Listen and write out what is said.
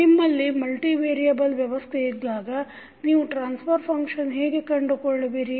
ನಿಮ್ಮಲ್ಲಿ multi variable ವ್ಯವಸ್ಥೆ ಇದ್ದಾಗ ನೀವು ಟ್ರಾನ್ಸ್ಫರ್ ಫಂಕ್ಷನ್ ಹೇಗೆ ಕಂಡುಕೊಳ್ಳುವಿರಿ